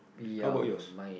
how about yours